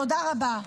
תודה רבה.